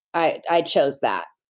i i chose that